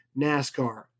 NASCAR